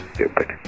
Stupid